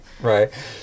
Right